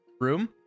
room